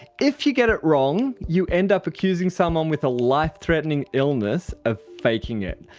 if you get it wrong, you end up accusing someone with a life-threatening illness of faking it.